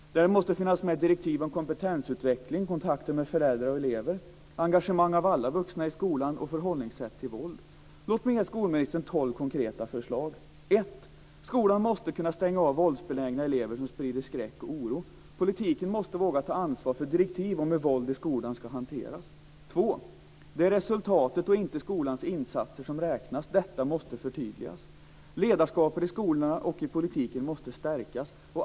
Där måste finnas med direktiv om kompetensutveckling, kontakter med föräldrar och elever, engagemang av alla vuxna i skolan och förhållningssätt till våld. Låt mig ge skolministern tolv konkreta förslag: 1. Skolan måste kunna stänga av våldsbenägna elever som sprider skräck och oro. Politiken måste våga ta ansvar för direktiv om hur våld i skolan ska hanteras. 2. Det är resultatet och inte skolans insatser som räknas. Detta måste förtydligas. Ledarskapet i skolorna och i politiken måste stärkas.